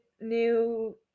new